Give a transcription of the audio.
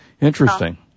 interesting